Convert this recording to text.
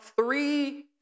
three